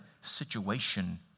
situation